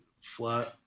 flat